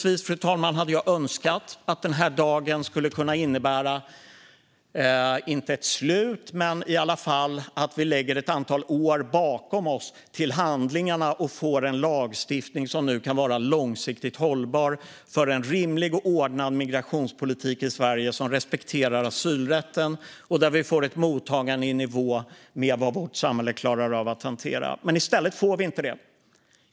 Jag hade önskat att den här dagen hade kunnat innebära om inte ett slut så i alla fall att vi lade ett antal år som vi har bakom oss till handlingarna och fick en långsiktigt hållbar lagstiftning för en rimlig och ordnad migrationspolitik i Sverige med respekt för asylrätten och ett mottagande i nivå med vad vårt samhälle klarar av att hantera. Men det får vi inte.